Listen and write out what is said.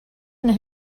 and